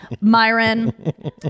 Myron